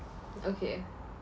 okay